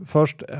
Först